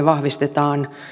vahvistetaan